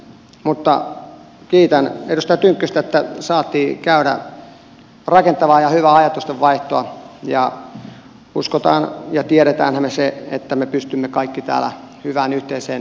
mutta kiitän edustaja tynkkystä että saatiin käydä rakentavaa ja hyvää ajatustenvaihtoa ja uskomme ja tiedämmehän me sen että me pystymme kaikki täällä hyvään yhteiseen lainsäädäntötyöhön